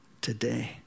today